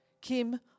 Kim